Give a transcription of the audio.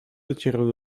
docierał